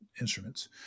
instruments